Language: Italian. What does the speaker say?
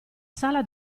sala